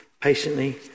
patiently